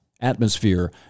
atmosphere